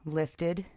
lifted